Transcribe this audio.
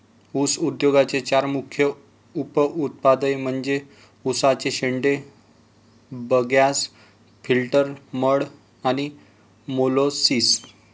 ऊस उद्योगाचे चार मुख्य उप उत्पादने म्हणजे उसाचे शेंडे, बगॅस, फिल्टर मड आणि मोलॅसिस